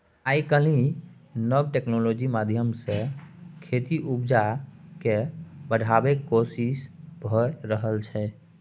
आइ काल्हि नब टेक्नोलॉजी माध्यमसँ खेतीक उपजा केँ बढ़ेबाक कोशिश भए रहल छै